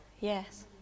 Yes